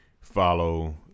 follow